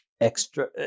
extra